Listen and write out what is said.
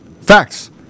Facts